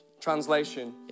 translation